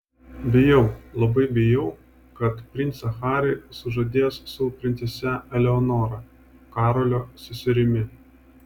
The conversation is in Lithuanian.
bijau labai bijau kad princą harį sužadės su princese eleonora karolio seserimi